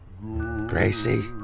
Gracie